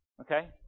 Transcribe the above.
Okay